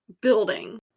building